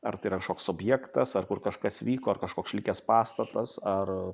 ar tai yra kažkoks objektas ar kur kažkas vyko ar kažkoks likęs pastatas ar